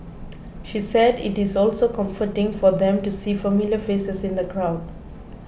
she said it is also comforting for them to see familiar faces in the crowd